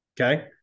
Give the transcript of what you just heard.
Okay